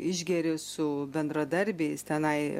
išgeri su bendradarbiais tenai